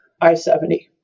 I-70